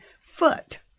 foot